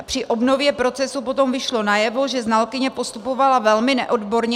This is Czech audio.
Při obnově procesu potom vyšlo najevo, že znalkyně postupovala velmi neodborně.